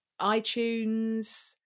iTunes